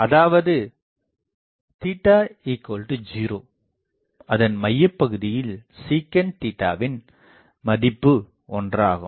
அதாவது0அதன் மையப்பகுதியில் sec வின் மதிப்பு ஒன்றாகும்